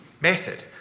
method